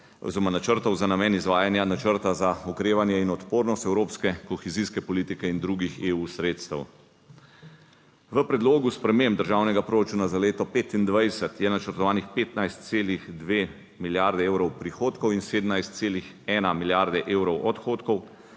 načrtov za namen izvajanja načrta za okrevanje in odpornost evropske kohezijske politike in drugih EU sredstev. V predlogu sprememb državnega proračuna za leto 2025 je načrtovanih 15,2 milijardi evrov prihodkov in 17,1 milijarde evrov odhodkov,